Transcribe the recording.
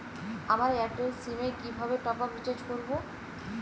আমার Airtel SIM এ কিভাবে টপ আপ রিচার্জ করবো?